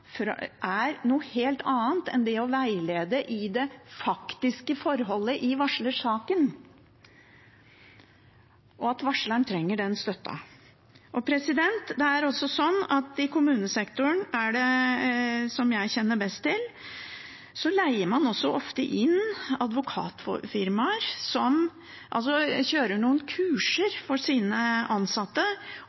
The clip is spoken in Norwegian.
er noe helt annet enn det å veilede i det faktiske forholdet i varslersaken, og at varsleren trenger den støtten. I kommunesektoren, som jeg kjenner best til, leier man også ofte inn advokatfirmaer som holder kurs for de ansatte. De brukes til granskninger, og granskningene blir brukt i rettssaker mot varsleren. Dette arbeidet er ikke taushetsbelagt, for